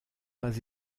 pas